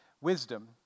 wisdom